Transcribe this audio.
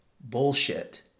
bullshit